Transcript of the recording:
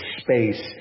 space